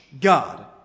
God